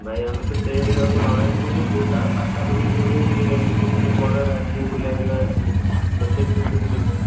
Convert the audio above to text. ଭାଇ ଆମେ ତ ସେ ଜାଗାକୁ ନରାଜକୁ ଯିବୁ ତା ପାଖାପାଖି କେଉଁଠି ପିକ୍ନିକ୍ ସ୍ପଟ୍ ହେରା ଅଛି ବୁଲିବା ଜାଗା ଅଛି ତ ସେଇଠିକି ବି ଯିବୁ